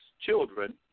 children